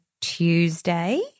Tuesday